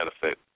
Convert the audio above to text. benefit